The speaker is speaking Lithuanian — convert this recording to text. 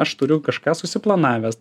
aš turiu kažką susiplanavęs